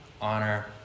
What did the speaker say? honor